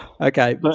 okay